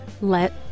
let